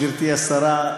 גברתי השרה,